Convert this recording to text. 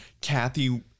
Kathy